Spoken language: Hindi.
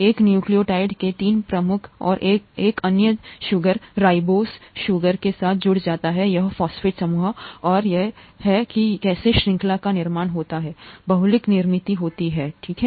एक न्यूक्लियोटाइड के तीन प्रमुख और एक अन्य चीनी राइबोज चीनी के साथ जुड़ जाता है यह फॉस्फेट समूह और है कि कैसे श्रृंखला का निर्माण होता है बहुलक निर्मित होता है ठीक है